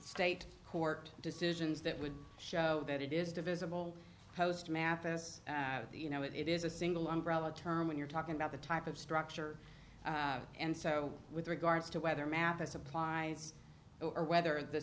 state court decisions that would show that it is divisible post math as you know it is a single umbrella term when you're talking about the type of structure and so with regards to whether math as applies or whether the